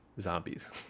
zombies